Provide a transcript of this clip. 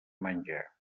menjar